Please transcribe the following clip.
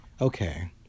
okay